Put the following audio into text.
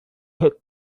hit